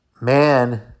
man